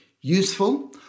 Useful